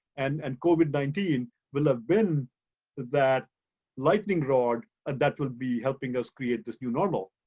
and and covid nineteen will have been that lightning rod and that will be helping us create this new normal.